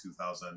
2000